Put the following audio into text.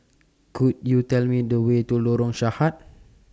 Could YOU Tell Me The Way to Lorong Sarhad